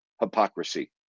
hypocrisy